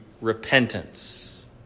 repentance